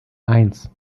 eins